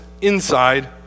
inside